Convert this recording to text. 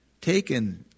taken